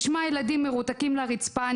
בשמה הילדים מרותקים לרצפה,